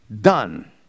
Done